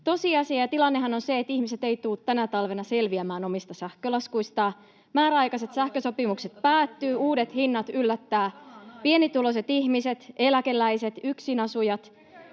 Tosiasia ja tilannehan on, että ihmiset eivät tule tänä talvena selviämään omista sähkölaskuistaan. Määräaikaiset sähkösopimukset päättyvät, ja uudet hinnat yllättävät pienituloiset ihmiset, eläkeläiset ja yksinasujat.